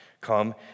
come